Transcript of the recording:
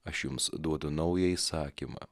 aš jums duodu naują įsakymą